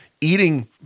eating